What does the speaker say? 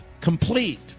complete